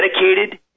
dedicated